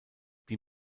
die